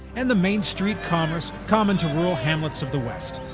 and the main street commerce common to rural hamlets of the west.